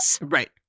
Right